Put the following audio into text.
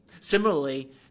Similarly